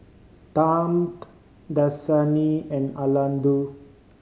Tempt Dasani and Aldo